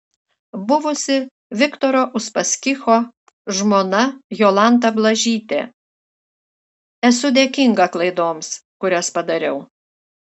buvusi viktoro uspaskicho žmona jolanta blažytė esu dėkinga klaidoms kurias padariau